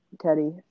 Teddy